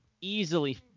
easily